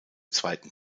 zweiten